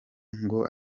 ngo